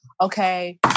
Okay